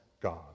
God